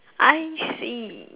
I_C